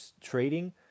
trading